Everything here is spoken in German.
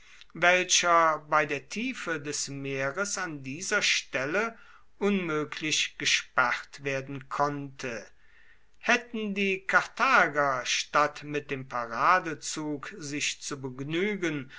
welcher bei der tiefe des meeres an dieser stelle unmöglich gesperrt werden konnte hätten die karthager statt mit dem paradezug sich zu begnügen